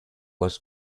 was